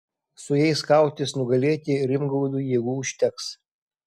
su jais kautis nugalėti rimgaudui jėgų užteks